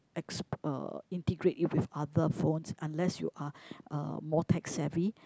ex~ uh integrate it with other phones unless you are uh more tech savvy